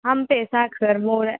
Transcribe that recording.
ಹಂಪೆ ಸಾಕು ಸರ್ ಮೂರೇ